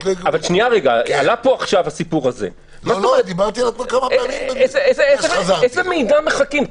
עלה פה עכשיו הסיפור הזה, לאיזה מידע מחכים?